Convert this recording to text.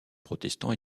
protestants